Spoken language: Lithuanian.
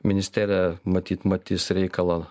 ministerija matyt matys reikalą